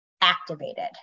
activated